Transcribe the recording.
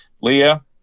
Leah